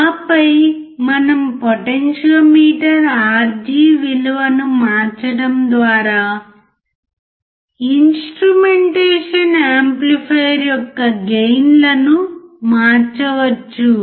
ఆపై మనం potentiometer Rg విలువను మార్చడం ద్వారా ఇన్స్ట్రుమెంటేషన్ యాంప్లిఫైయర్ యొక్క గెయిన్లను మార్చవచ్చు